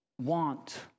want